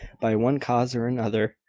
by one cause or another,